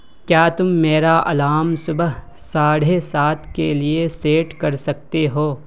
کیا تم میرا الام صبح ساڑھے سات کے لیے سیٹ کر سکتے ہو